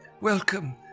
Welcome